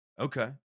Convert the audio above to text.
Okay